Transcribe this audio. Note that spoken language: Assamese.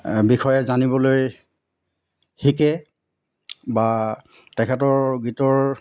বিষয়ে জানিবলৈ শিকে বা তেখেতৰ গীতৰ